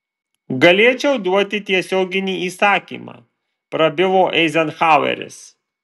galėčiau duoti tiesioginį įsakymą prabilo eizenhaueris